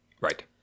Right